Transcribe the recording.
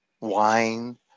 wine